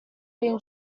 been